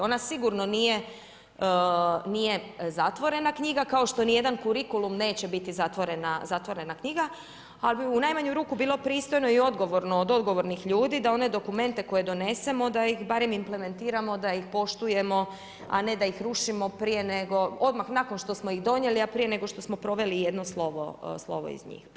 Ona sigurno nije zatvorena knjiga, kao što ni jedna kurikulum neće biti zatvorena knjiga, ali bi u najmanju ruku, bilo pristojno i odgovno od odgovornih ljudi da one dokumente koje doneseno da ih barem implementiramo, da ih poštujemo, a ne da ih rušimo prije nego, odmah nakon što smo ih donijeli, a prije nego što smo proveli jedno slovo iz njih, pobježe.